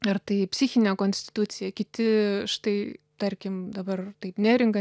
ir tai psichinė konstitucija kiti štai tarkim dabar taip neringa